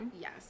Yes